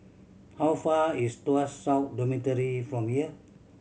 how far is Tuas South Dormitory from here